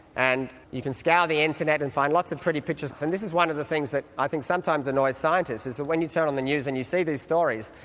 and you can scour the internet and find lots of pretty pictures. this and this is one of the things that i think sometimes annoys scientists is that when you turn on the news and you see these stories,